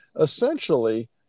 Essentially